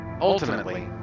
Ultimately